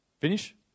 finish